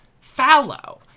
fallow